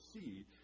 see